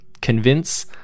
convince